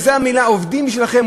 וזו המילה: עובדים בשבילכם,